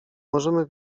możemy